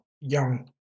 young